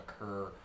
occur